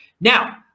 Now